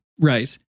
Right